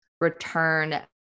return